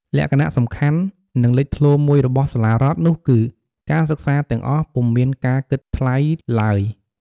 លក្ខណៈសំខាន់ និងលេចធ្លោមួយរបស់សាលារដ្ឋនោះគឺ ការសិក្សាទាំងអស់ពុំមានការគិតថ្លៃឡើយ។